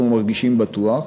אנחנו מרגישים בטוח.